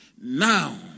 Now